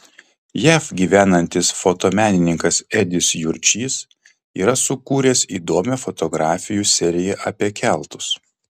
jav gyvenantis fotomenininkas edis jurčys yra sukūręs įdomią fotografijų seriją apie keltus